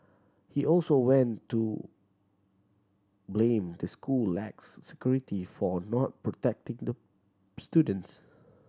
he also went to blame the school lax security for not protecting the students